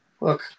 Look